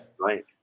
right